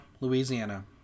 Louisiana